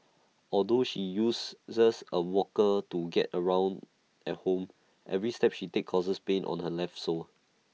although she uses A walker to get around at home every step she takes causes pain on her left sole